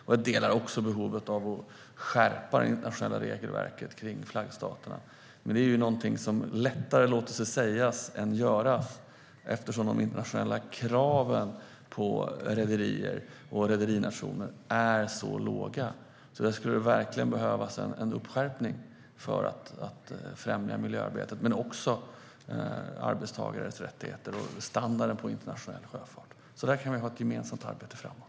Jag instämmer också angående behovet av att skärpa det internationella regelverket kring flaggstaterna. Men det är någonting som lättare låter sig sägas än göras, eftersom de internationella kraven på rederier och rederinationer är så låga. Det skulle verkligen behövas en skärpning för att främja miljöarbetet men också arbetstagarnas rättigheter och standarden på internationell sjöfart. Där kan vi ha ett gemensamt arbete framåt.